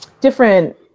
different